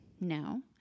no